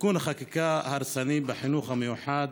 תיקון החקיקה הרסני בחינוך המיוחד,